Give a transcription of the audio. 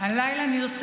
שעוד לא נכנס